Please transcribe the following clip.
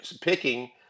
picking